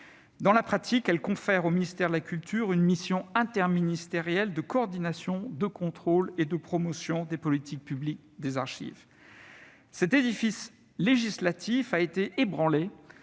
Dans la pratique, elle confère au ministère de la culture une mission interministérielle de coordination, de contrôle et de promotion des politiques publiques des archives. Cet édifice législatif a été ébranlé